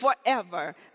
forever